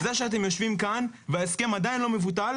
זה שאתם יושבים כאן וההסכם עדיין לא מבוטל,